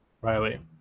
Riley